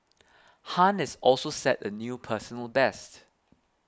Han is also set a new personal best